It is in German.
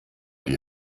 die